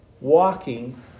walking